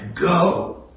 go